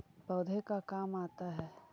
पौधे का काम आता है?